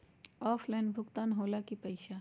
Offline भुगतान हो ला कि पईसा?